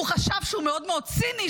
הוא חשב שהוא מאוד מאוד ציני,